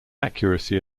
accuracy